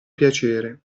piacere